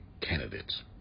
candidates